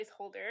placeholder